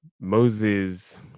Moses